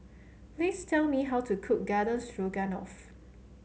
please tell me how to cook Garden Stroganoff